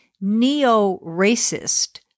Neo-racist